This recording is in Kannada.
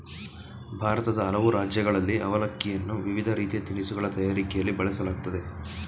ಭಾರತದ ಹಲವು ರಾಜ್ಯಗಳಲ್ಲಿ ಅವಲಕ್ಕಿಯನ್ನು ವಿವಿಧ ರೀತಿಯ ತಿನಿಸುಗಳ ತಯಾರಿಕೆಯಲ್ಲಿ ಬಳಸಲಾಗ್ತದೆ